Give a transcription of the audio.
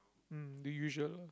mm the usual